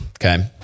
Okay